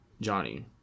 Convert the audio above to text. Johnny